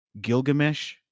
Gilgamesh